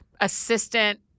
assistant